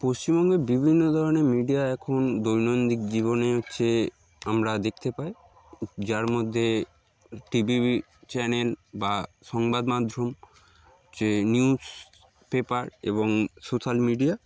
পশ্চিমবঙ্গে বিভিন্ন ধরনের মিডিয়া এখন দৈনন্দিন জীবনে হচ্ছে আমরা দেখতে পাই যার মধ্যে টি ভি চ্যানেল বা সংবাদ মাধ্যম হচ্ছে যে নিউজ পেপার এবং সোশ্যাল মিডিয়া